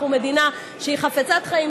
אנחנו מדינה שהיא חפצת חיים,